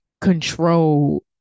control